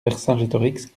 vercingétorix